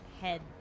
head